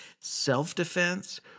self-defense